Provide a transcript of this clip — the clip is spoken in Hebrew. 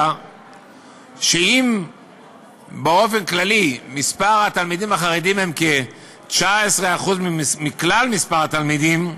שאם באופן כללי מספר התלמידים החרדים הוא כ-19% מכלל מספר התלמידים,